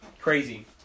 crazy